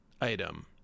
item